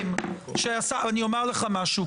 אני אומר לך משהו,